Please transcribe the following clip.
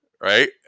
right